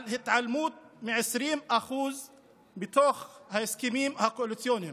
על התעלמות מ-20% בתוך ההסכמים הקואליציוניים?